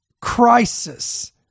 crisis